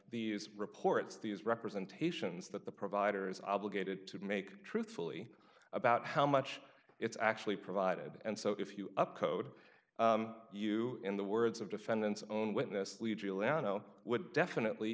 these reports these representations that the provider is obligated to make truthfully about how much it's actually provided and so if you up code you in the words of defendant's own witness giuliano would definitely